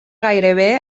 gairebé